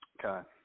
Okay